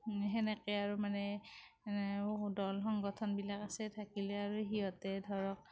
হেনেকে আৰু মানে দল সংগঠন বিলাক আছে থাকিলে আৰু সিহঁতে ধৰক